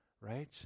right